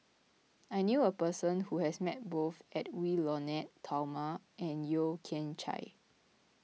I knew a person who has met both Edwy Lyonet Talma and Yeo Kian Chye